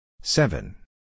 seven